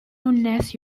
الناس